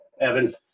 Evan